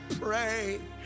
pray